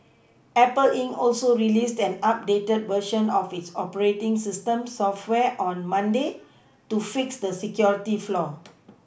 Apple inc also released an updated version of its operating system software on Monday to fix the security flaw